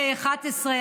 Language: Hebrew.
K11,